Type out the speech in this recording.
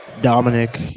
Dominic